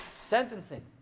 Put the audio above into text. sentencing